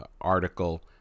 article